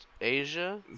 Asia